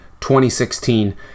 2016